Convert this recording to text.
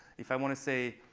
if i want to say,